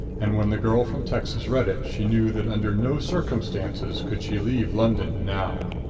and when the girl from texas read it she knew that under no circumstances could she leave london now.